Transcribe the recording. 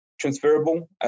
transferable